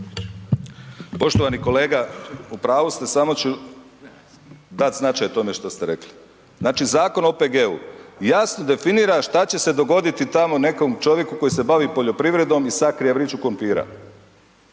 Poštovani kolega, u pravu ste, samo ću dati značaj tome što ste rekli. Znači Zakon o OPG-u jasno definira što će se dogoditi tamo nekom čovjeku koji se bavi poljoprivredom i sakrije vreću krumpira.